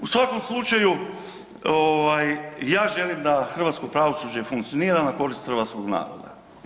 U svakom slučaju ovaj ja želim da hrvatsko pravosuđe funkcionira na korist hrvatskog naroda.